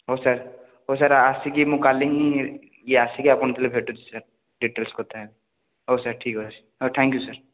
ହଉ ସାର୍ ହଉ ସାର୍ ଆସିକି ମୁଁ କାଲି ହିଁ ଇଏ ଆସିକି ଆପଣଙ୍କ ତୁଲେ ଭେଟୁଛି ସାର୍ ଡିଟେଲ୍ସ୍ କଥା ହେବି ହଉ ସାର୍ ଠିକ୍ ଅଛି ହଉ ଥ୍ୟାଙ୍କ୍ ୟୁ ସାର୍